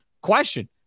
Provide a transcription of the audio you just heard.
question